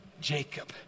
jacob